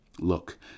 Look